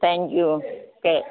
thank you okay